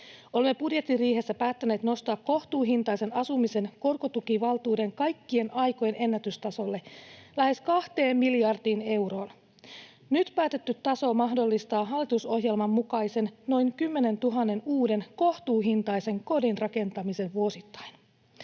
Olemme budjettiriihessä päättäneet nostaa kohtuuhintaisen asumisen korkotukivaltuuden kaikkien aikojen ennätystasolle, lähes 2 miljardiin euroon. Nyt päätetty taso mahdollistaa hallitusohjelman mukaisen noin 10 000 uuden, kohtuuhintaisen kodin rakentamisen vuosittain.